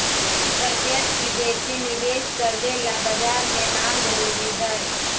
प्रत्यक्ष विदेशी निवेश करवे ला बाजार में नाम जरूरी है